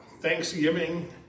Thanksgiving